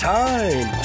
time